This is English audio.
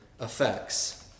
effects